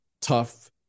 tough